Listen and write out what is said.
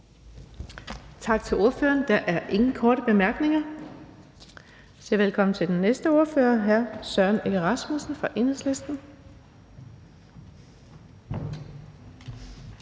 Tak til ordføreren. Der er ingen korte bemærkninger. Vi siger velkommen til den næste ordfører, hr. Søren Egge Rasmussen fra Enhedslisten.